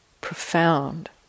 profound